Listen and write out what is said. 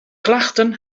klachten